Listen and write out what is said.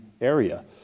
area